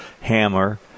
Hammer